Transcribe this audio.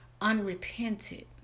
unrepented